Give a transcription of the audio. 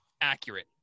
accurate